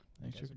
Thanks